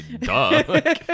duh